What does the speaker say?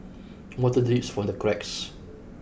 water drips from the cracks